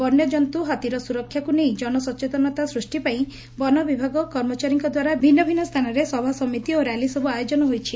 ବନ୍ୟଜନ୍ତୁ ହାତୀର ସୁରକ୍ଷାକୁ ନେଇ ଜନ ସଚେତନତା ସୃଷ୍ଟି ପାଇଁ ବନ ବିଭାଗ କର୍ମଚାରୀଙ୍କଦ୍ୱାରା ଭିନ୍ନ ଭିନ୍ନ ସ୍ଥାନରେ ସଭା ସମିତି ଓ ର୍ୟାଲିସବୁ ଆୟୋଜନ ହୋଇଛି